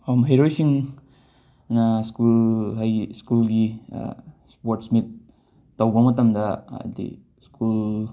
ꯃꯍꯩꯔꯣꯏꯁꯤꯡ school ꯍꯥꯏꯗꯤ ꯁ꯭ꯀꯨꯜꯒꯤ sports meet ꯇꯧꯕ ꯃꯇꯝꯗ ꯑꯗꯩ ꯁ꯭ꯀꯨꯜ